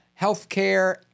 healthcare